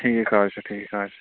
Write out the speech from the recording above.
ٹھیٖک حظ چھُ ٹھیٖک حظ چھُ